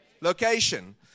Location